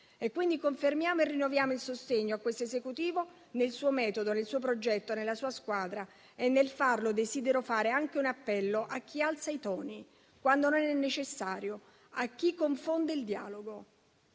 Quindi, confermiamo e rinnoviamo il sostegno a questo Esecutivo nel suo metodo, nel suo progetto, nella sua squadra. Nel farlo desidero anche fare un appello a chi alza i toni quando non è necessario, a chi confonde il dialogo.